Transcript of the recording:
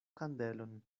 kandelon